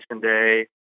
day